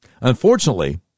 Unfortunately